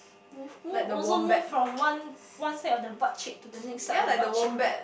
move move also move from one one side of your butt cheek to the next side of the butt cheek